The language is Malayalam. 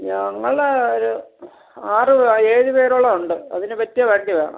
ഞങ്ങൾ ഒരു ആറ് ഏഴ് പേരോളം ഉണ്ട് അതിന് പറ്റിയ വണ്ടി വേണം